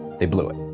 they blew it.